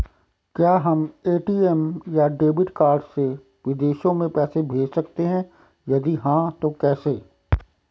क्या हम ए.टी.एम या डेबिट कार्ड से विदेशों में पैसे भेज सकते हैं यदि हाँ तो कैसे?